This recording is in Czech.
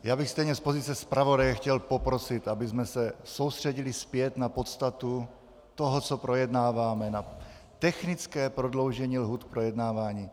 Já bych stejně z pozice zpravodaje chtěl poprosit, abychom se soustředili zpět na podstatu toho, co projednáváme na technické prodloužení lhůt projednávání.